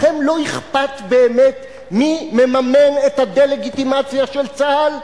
לכם לא אכפת באמת מי מממן את הדה-לגיטימציה של צה"ל?